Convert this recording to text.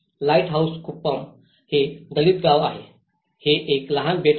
lighthouse Kuppam हे दलित गाव आहे हे एक लहान बेट आहे